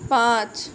পাঁচ